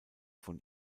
von